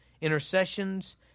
intercessions